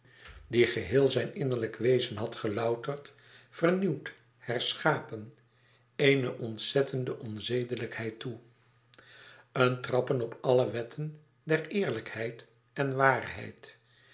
die geheel zijn innerlijk wezen had gelouterd vernieuwd herschapen eene ontzettende onzedelijkheid toe een trappen op alle wetten der eerlijkheid en waarheid